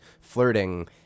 flirting